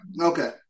Okay